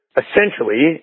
essentially